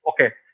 okay